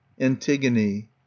Antigone